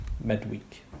midweek